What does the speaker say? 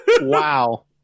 wow